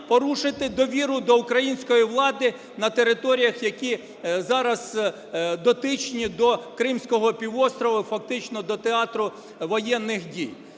порушити довіру до української влади на територіях, які зараз дотичні до Кримського півострова і, фактично, до театру воєнний дій?